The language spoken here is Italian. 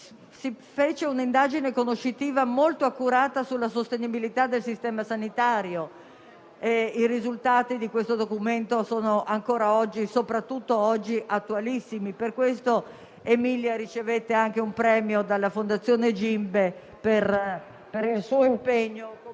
Si fece un'indagine conoscitiva molto accurata sulla sostenibilità del sistema sanitario. I risultati di questo documento sono ancora oggi - anzi, soprattutto oggi - attualissimi. Per questo Emilia ricevette anche un premio dalla fondazione GIMBE per il suo impegno